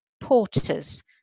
porters